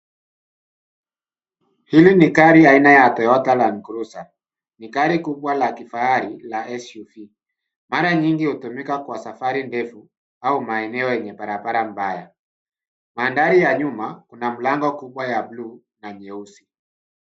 Hili ni gari aina ya Toyota Landcruiser. Ni gari kubwa la kifahari la SUV. Mara nyingi hutumika kwa safari ndefu au maeneo yenye barabara mbaya. Mandhari ya nyuma, kuna mlango kubwa ya blue na nyeusi.